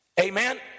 amen